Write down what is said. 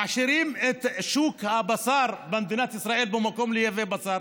מעשירים את שוק הבשר במדינת ישראל במקום לייבא בשר.